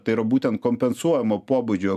tai yra būtent kompensuojamo pobūdžio